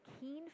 keen